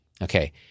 Okay